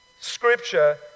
scripture